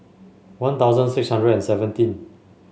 One Thousand six hundred and seventeen